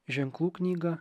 ženklų knyga